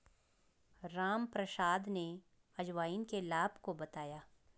रामप्रसाद ने अजवाइन के लाभ को बताया